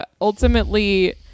ultimately